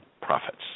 profits